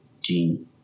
gene